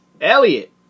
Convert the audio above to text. Elliot